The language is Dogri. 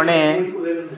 उने